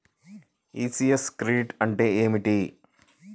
ECS credit అంటే ఏమిటి?